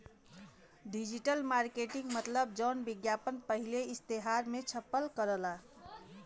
digital marketing मतलब जौन विज्ञापन पहिले इश्तेहार मे छपल करला